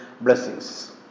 blessings